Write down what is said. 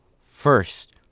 first